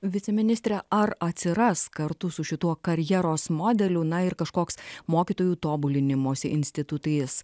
viceministre ar atsiras kartu su šituo karjeros modeliu na ir kažkoks mokytojų tobulinimosi institutais